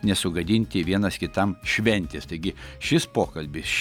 nesugadinti vienas kitam šventės taigi šis pokalbis ši